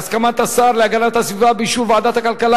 בהסכמת השר להגנת הסביבה ובאישור ועדת הכלכלה,